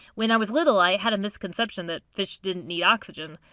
when i was little, i had a misconception that fish didn't need oxygen.